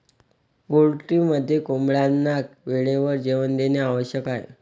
पोल्ट्रीमध्ये कोंबड्यांना वेळेवर जेवण देणे आवश्यक आहे